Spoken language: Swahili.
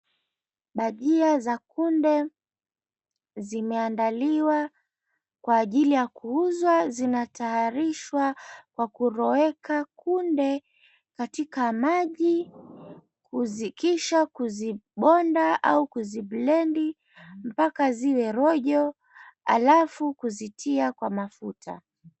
Bajia za kunde zimeandaliwa kwa ajili ya kuuzwa zinataarishwa kwa kuroweka kunde katika maji, kisha kuzibonda au kuzi blendi mpaka ziwe rojo alafu kuzitia kwa mafuta.